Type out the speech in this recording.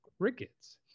crickets